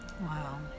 Wow